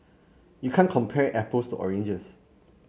you can't compare apples to oranges